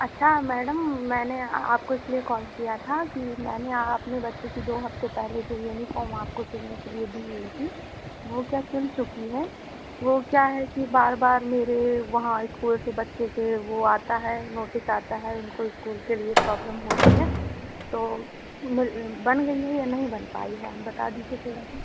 अच्छा मैडम मैंने आपको इस लिए कॉल किया था कि मैंने अपने बच्चे की दो हफ़्ते पहले जो यूनिफॉर्म आपको सिलने के लिए दी हुई थी वो क्या सिल चुकि है वो क्या है कि बार बार मेरे वहाँ स्कूल से बच्चे के वो आता है नोटिस आता है उनको स्कूल के लिए प्रॉब्लम हो रही है तो बन गई है या नहीं बन पाई है आप बता दीजिए थोड़ा सा